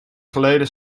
geleden